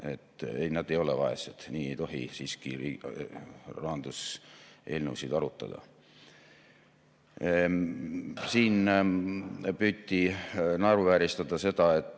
Ei, nad ei ole vaesed. Nii ei tohi siiski rahanduseelnõusid arutada. Siin püüti naeruvääristada seda